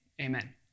amen